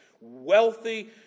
wealthy